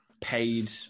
paid